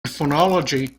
phonology